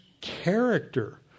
character